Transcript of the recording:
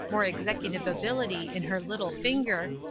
more executive ability, in her little finger,